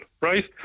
right